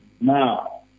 now